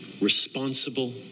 responsible